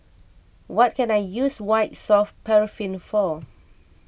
what can I use White Soft Paraffin for